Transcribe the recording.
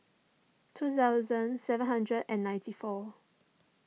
two thousand seven hundred and ninety four